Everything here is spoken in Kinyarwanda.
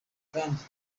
kandi